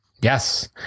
Yes